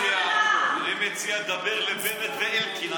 אני מציע שתדבר אל בנט ואלקין.